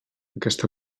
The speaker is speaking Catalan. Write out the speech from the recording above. aquesta